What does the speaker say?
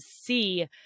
see